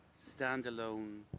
standalone